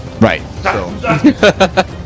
Right